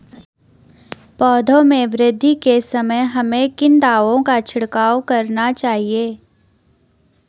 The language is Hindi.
पौधों में वृद्धि के समय हमें किन दावों का छिड़काव करना चाहिए?